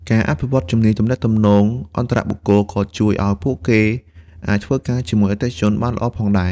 ការអភិវឌ្ឍជំនាញទំនាក់ទំនងអន្តរបុគ្គល ក៏ជួយឲ្យពួកគេអាចធ្វើការជាមួយអតិថិជនបានល្អផងដែរ។